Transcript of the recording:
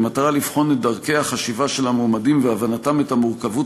במטרה לבחון את דרכי החשיבה של המועמדים ואת הבנתם את המורכבות